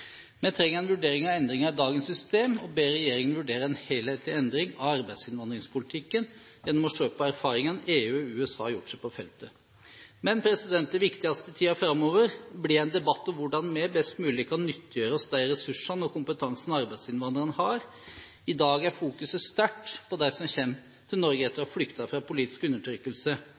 Vi trenger en vurdering av endringene i dagens system, og jeg ber regjeringen vurdere en helhetlig endring av arbeidsinnvandringspolitikken gjennom å se på erfaringene EU og USA har gjort seg på feltet. Det viktigste i tiden framover blir en debatt om hvordan vi best mulig kan nyttiggjøre oss de ressursene og den kompetansen arbeidsinnvandrerne har. I dag er fokuset sterkt på dem som kommer til Norge etter å ha flyktet fra politisk undertrykkelse.